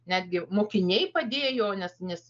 netgi mokiniai padėjo nes nes